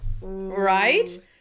right